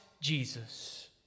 Jesus